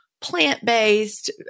plant-based